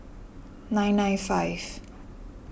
nine nine five